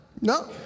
No